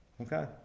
Okay